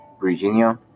Virginia